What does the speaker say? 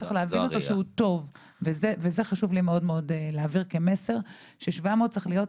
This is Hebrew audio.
אני חושב שמה שצריך לשפר זה לא את איך את אומרים את ה-שלום,